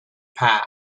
path